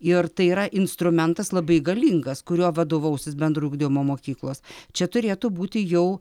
ir tai yra instrumentas labai galingas kuriuo vadovausis bendrojo ugdymo mokyklos čia turėtų būti jau